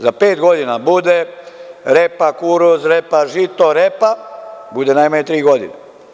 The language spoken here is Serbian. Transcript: Za pet godina bude repa–kukuruz–repa–žito–repa, bude najmanje tri godine.